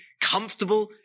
comfortable